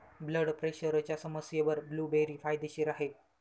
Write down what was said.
blood प्रेशरच्या समस्येवर blueberry फायदेशीर आहे